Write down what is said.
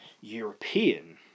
European